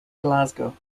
glasgow